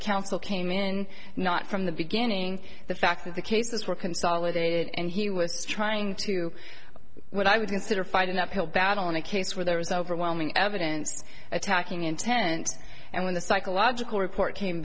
counsel came in not from the beginning the fact that the cases were consolidated and he was trying to what i would consider fight an uphill battle in a case where there was overwhelming evidence attacking intent and when the psychological report came